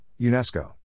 UNESCO